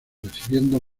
recibiendo